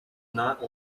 not